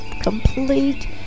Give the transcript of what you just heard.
complete